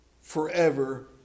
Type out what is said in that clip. forever